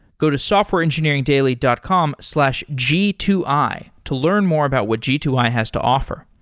go to softwareengineeringdaily dot com slash g two i to learn more about what g two i has to offer.